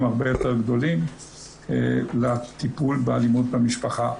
הרבה יותר גדולים לטיפול באלימות במשפחה.